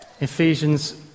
Ephesians